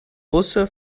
busse